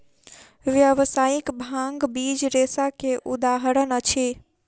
व्यावसायिक भांग बीज रेशा के उदाहरण अछि